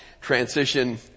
Transition